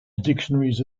dictionaries